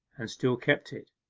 and still kept it.